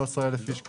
13,000 איש קיבלו.